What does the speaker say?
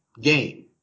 game